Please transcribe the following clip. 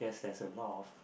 there's a lot of